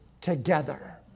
together